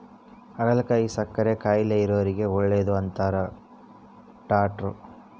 ಹಾಗಲಕಾಯಿ ಸಕ್ಕರೆ ಕಾಯಿಲೆ ಇರೊರಿಗೆ ಒಳ್ಳೆದು ಅಂತಾರ ಡಾಟ್ರು